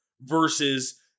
versus